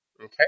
Okay